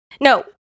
no